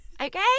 Okay